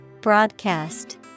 Broadcast